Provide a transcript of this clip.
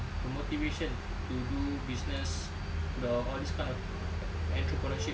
the motivation to do business the all this kind of enterpreneurship